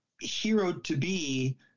hero-to-be